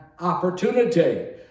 opportunity